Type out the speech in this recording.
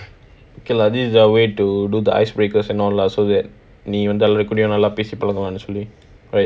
okay lah this is a way to do the ice breakers and all lah so that நீங்க வந்து எல்லார்கூடயும் பேசி பலாஹாம் சொல்லி:neenga wanthu ellarkoodayum peasi palahaam solli right